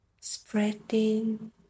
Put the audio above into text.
spreading